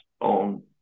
on